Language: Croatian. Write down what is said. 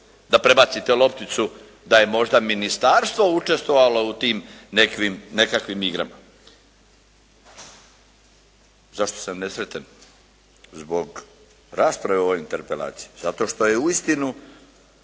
da prebacite lopticu da je možda ministarstvo učestvovalo u tim nekakvim igrama. Zašto sam nesretan? Zbog rasprave o interpelaciji. Zato što je uistinu